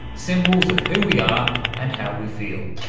symbols of who we are and how we feel.